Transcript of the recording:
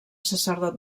sacerdot